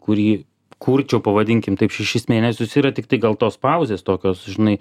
kurį kurčiau pavadinkim taip šešis mėnesius yra tiktai gal tos pauzės tokios žinai